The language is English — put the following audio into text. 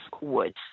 woods